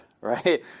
right